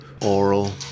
oral